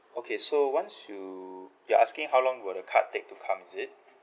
okay so once you you're asking how long will the card take to come is it